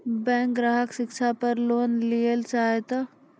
Bank ग्राहक शिक्षा पार लोन लियेल चाहे ते?